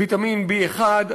ויטמין B1,